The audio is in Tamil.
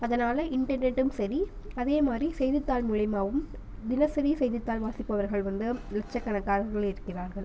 அதனால் இன்டர்நெட்டும் சரி அதே மாதிரி செய்தித்தாள் மூலயுமாவும் தினசரி செய்தித்தாள் வாசிப்பவர்கள் வந்து லட்சக்கணக்கானவர்கள் இருக்கிறார்கள்